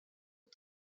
aux